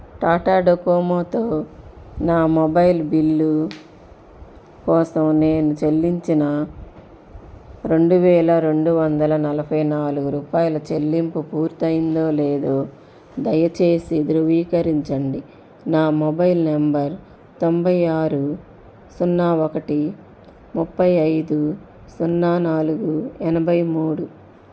టాటా డోకోమోతో నా mobile bill కోసం నేను చెల్లించిన రెండు వేల రెండు వందల నలభై నాలుగు రూపాయలు చెల్లింపు పూర్తి అయిందో లేదో దయచేసి ధృవీకరించండి నా మొబైల్ నెంబర్ తొంభై ఆరు సున్నా ఒకటి ముప్పై ఐదు సున్నా నాలుగు ఎనభై మూడు